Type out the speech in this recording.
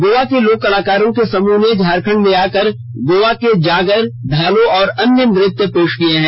गोवा के लोक कलाकारों के समूह ने झारखंड में आकर गोवा के जागर धालो और अन्य नृत्य पेश किये हैं